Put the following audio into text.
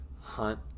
hunt